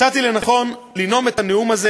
מצאתי לנכון לנאום את הנאום הזה